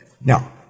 Now